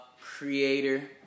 creator